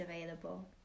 available